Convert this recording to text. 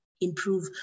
improve